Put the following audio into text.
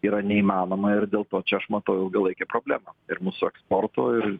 yra neįmanoma ir dėl to čia aš matau ilgalaikę problemą ir mūsų eksportų ir